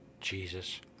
Jesus